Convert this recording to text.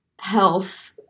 health